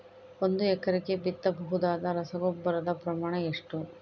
ಒಂದು ಎಕರೆಗೆ ಬಿತ್ತಬಹುದಾದ ರಸಗೊಬ್ಬರದ ಪ್ರಮಾಣ ಎಷ್ಟು?